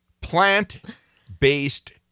Plant-based